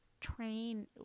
train